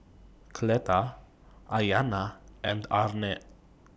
Cleta Ayana and Arne